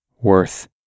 worth